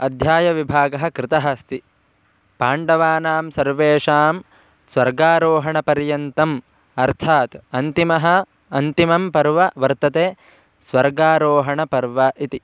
अध्यायविभागः कृतः अस्ति पाण्डवानां सर्वेषां स्वर्गारोहणपर्यन्तम् अर्थात् अन्तिमम् अन्तिमं पर्व वर्तते स्वर्गारोहणपर्व इति